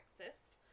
Texas